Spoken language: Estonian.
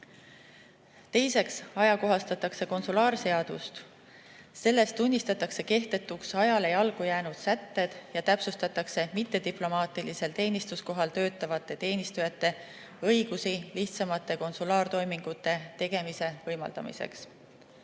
Teiseks ajakohastatakse konsulaarseadust. Selles tunnistatakse kehtetuks ajale jalgu jäänud sätted ja täpsustatakse mittediplomaatilisel teenistuskohal töötavate teenistujate õigusi lihtsamate konsulaartoimingute tegemise võimaldamiseks.